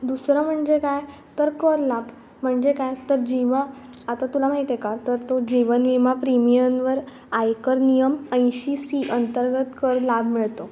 दुसरं म्हणजे काय तर कर लाभ म्हणजे काय तर जेव्हा आता तुला माहिती आहे का तर तो जीवनविमा प्रीमियनवर आयकर नियम ऐंशी सी अंतर्गत करलाभ मिळतो